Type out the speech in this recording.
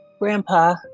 Grandpa